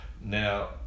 Now